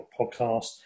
podcast